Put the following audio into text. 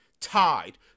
tied